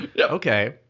Okay